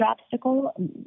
obstacle